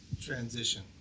Transition